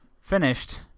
finished